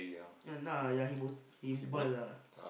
ya nah ya he bo~ he bald lah